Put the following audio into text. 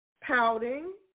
pouting